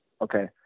okay